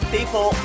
People